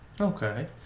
Okay